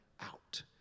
out